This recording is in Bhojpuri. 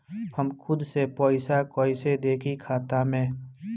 हम खुद से पइसा कईसे देखी खाता में?